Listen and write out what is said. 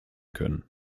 können